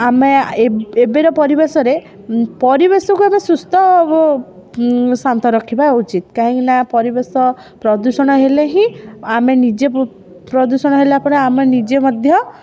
ଆମେ ଏବେ ଏବେର ପରିବେଶରେ ପରିବେଶକୁ ସୁସ୍ଥ ଶାନ୍ତ ରଖିବା ଉଚିତ କାହିଁକି ନା ପରିବେଶ ପ୍ରଦୂଷଣ ହେଲେ ହିଁ ଆମେ ନିଜେ ପ୍ର ପ୍ରଦୂଷଣ ହେଲା ପରେ ଆମେ ନିଜେ ମଧ୍ୟ